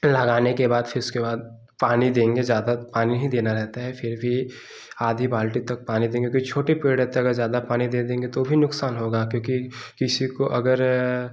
लगाने के बाद फिर उसके बाद पानी देंगे ज़्यादा पानी ही देना रहता है फिर भी आधी बाल्टी तक पानी देंगे क्योंकि छोटे पेड़ रहते हैं अगर ज़्यादा पानी दे देंगे तो भी नुक़सान होगा क्योंकि किसी को अगर